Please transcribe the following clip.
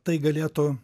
tai galėtų